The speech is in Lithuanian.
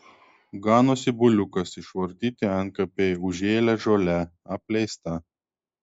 ganosi buliukas išvartyti antkapiai užžėlę žole apleista